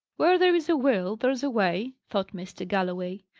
where there's a will, there's a way, thought mr. galloway.